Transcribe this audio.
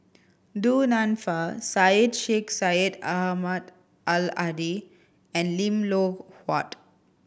Du Nanfa Syed Sheikh Syed Ahmad Al Hadi and Lim Loh Huat